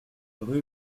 rue